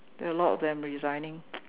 there are a lot of them resigning